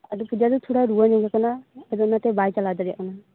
ᱟᱫᱚ ᱯᱩᱡᱟ ᱫᱚ ᱛᱷᱚᱲᱟ ᱨᱩᱣᱟᱹ ᱧᱟᱢᱮ ᱠᱟᱱᱟ ᱟᱫᱚ ᱚᱱᱟᱛᱮ ᱵᱟᱭ ᱪᱟᱞᱟᱣ ᱫᱟᱲᱮᱭᱟᱜ ᱠᱟᱱᱟ